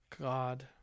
God